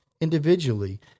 individually